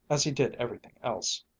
as he did everything else.